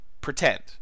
pretend